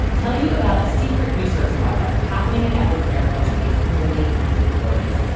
tell you about a secret research project happening at edwards air force base in the late nineteen forty s,